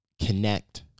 connect